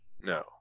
no